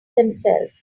themselves